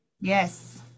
Yes